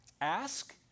ask